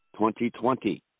2020